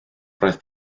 roedd